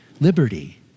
Liberty